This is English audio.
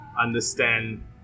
understand